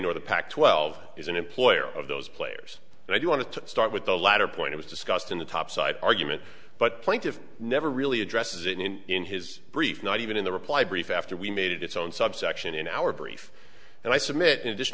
pac twelve is an employer of those players and i do want to start with the latter point it was discussed in the topside argument but plaintiff's never really addresses it in his brief not even in the reply brief after we made it its own subsection in our brief and i submit in addition